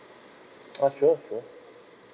ah sure sure